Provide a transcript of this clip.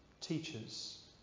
teachers